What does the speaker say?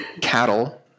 cattle